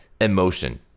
emotion